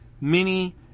Mini